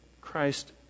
Christ